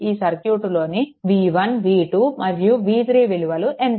ఈ సర్క్యూట్ లోని v1 v2 మరియు v3 విలువలు ఎంత